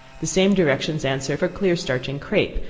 the same directions answer for clear starching crape,